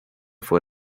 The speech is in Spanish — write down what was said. fue